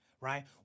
right